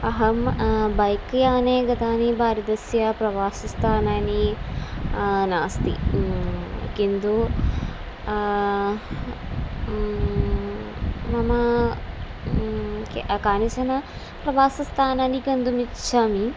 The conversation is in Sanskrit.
अहं बैक् याने गतानि भारतस्य प्रवासस्थानानी नास्ति किन्तु मम कानिचन प्रवासस्थानानि गन्तुमिच्छामि